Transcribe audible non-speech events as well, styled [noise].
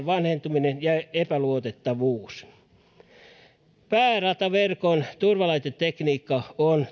[unintelligible] vanhentuminen ja epäluotettavuus päärataverkon turvalaitetekniikka on